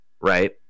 right